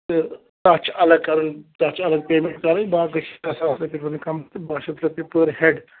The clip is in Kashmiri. تہٕ تَتھ چھُ الگ کَرُن تَتھ چھُ الگ پیمٮ۪نٛٹ کَرٕنۍ باقٕے چھِ ترٛےٚ ساس رۄپیہِ بَرٕنۍ کَمرس تہٕ باہ شیتھ رۄپیہِ پٔر ہیڈ